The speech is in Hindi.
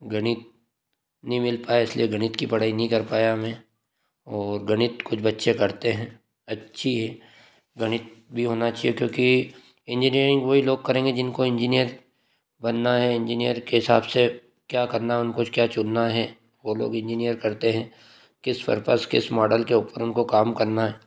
गणित नहीं मिल पाया इसलिए गणित की पढ़ाई नहीं कर पाया मैं और गणित कुछ बच्चे करते हैं अच्छी है गणित भी होना चाहिए क्योंकि इंजीनियरिंग वही लोग करेंगे जिनको इंजीनियर बनाना है इंजीनियर के हिसाब से क्या करना उनको क्या चुनना है वो लोग इंजीनियर करते हैं की पर्पस किस मॉडल के ऊपर उनको काम करना है